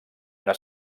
una